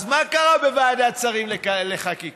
אז מה קרה בוועדת שרים לחקיקה?